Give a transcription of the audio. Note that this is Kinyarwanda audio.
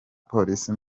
polisi